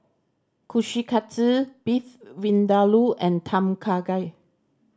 Kushikatsu Beef Vindaloo and Tom Kha Gai